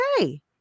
okay